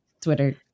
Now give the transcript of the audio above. Twitter